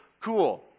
cool